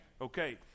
Okay